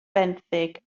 benthyg